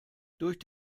durch